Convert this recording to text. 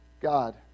God